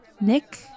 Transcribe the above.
Nick